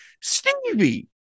stevie